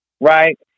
right